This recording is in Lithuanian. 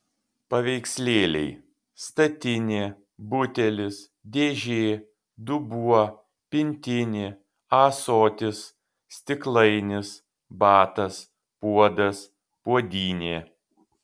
paveikslėliai statinė butelis dėžė dubuo pintinė ąsotis stiklainis batas puodas puodynė